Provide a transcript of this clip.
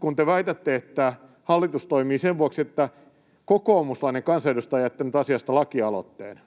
kun te väitätte, että hallitus toimii sen vuoksi, että kokoomuslainen kansanedustaja on jättänyt asiasta lakialoitteen: